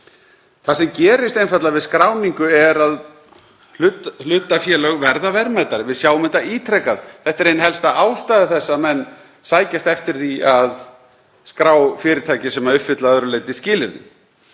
Það sem gerist einfaldlega við skráningu er að hlutafélög verða verðmætari. Við sjáum þetta ítrekað. Þetta er ein helsta ástæða þess að menn sækjast eftir því að skrá fyrirtæki sem uppfylla að öðru leyti skilyrði.